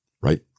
right